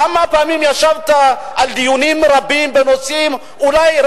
כמה פעמים ישבת בדיונים בנושאים רבים שאולי,